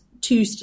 two